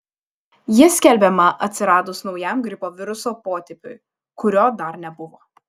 ji skelbiama atsiradus naujam gripo viruso potipiui kurio dar nebuvo